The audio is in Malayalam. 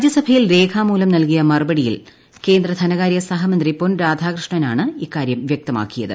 രാജ്യസഭയിൽ രേഖാമൂലം നൽകിയ മറുപടിയിൽ കേന്ദ്ര ധനകാര്യ സഹമന്ത്രി പൊൻത്രാസികൃഷ്ണനാണ് ഇക്കാര്യം വ്യക്തമാക്കിയത്